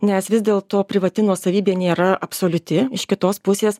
nes vis dėl to privati nuosavybė nėra absoliuti iš kitos pusės